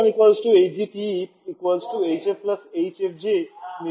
h1 hg hf hfg